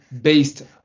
based